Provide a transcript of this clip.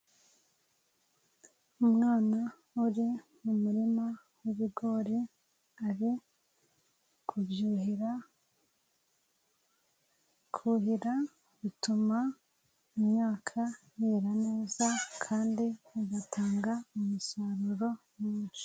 Umwana uri mu murima w'ibigori, ari, kubyuhera, kuhira bituma imyaka yera neza, kandi bigatanga umusaruro mwinshi.